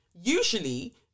Usually